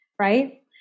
Right